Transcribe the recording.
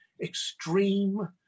extreme